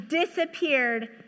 disappeared